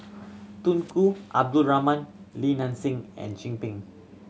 Tunku Abdul Rahman Li Nanxing and Chin Peng